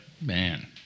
Man